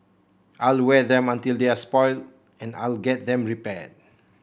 I'll wear them until they're spoilt and I'll get them repaired